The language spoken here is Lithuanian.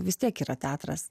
vis tiek yra teatras